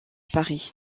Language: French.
paris